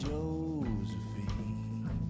Josephine